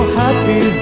happy